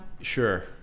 sure